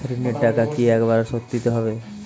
ঋণের টাকা কি একবার শোধ দিতে হবে?